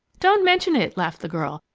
don't mention it! laughed the girl.